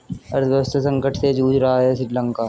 अर्थव्यवस्था संकट से जूझ रहा हैं श्रीलंका